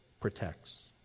protects